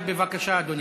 בבקשה, אדוני.